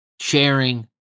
sharing